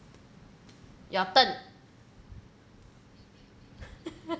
your turn